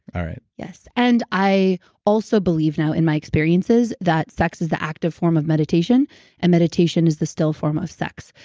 all right. yes. and i also believe now, in my experiences, that sex is the active form of meditation and meditation is the still form of sex.